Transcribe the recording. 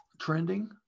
Trending